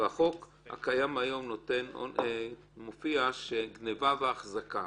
ובחוק הקיים היום מופיע שגניבה והחזקה,